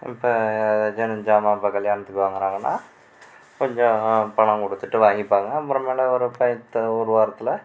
இப்போ ஜனம் ஜாமம் இப்போ கல்யாணத்துக்கு வாங்குறாங்கன்னா கொஞ்சம் பணம் கொடுத்துட்டு வாங்கிப்பாங்க அப்புறமேலு ஒரு பையித்து ஒரு வாரத்தில்